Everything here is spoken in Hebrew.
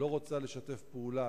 לא רוצה לשתף פעולה,